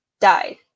died